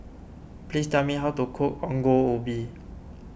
please tell me how to cook Ongol Ubi